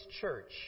church